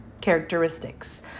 characteristics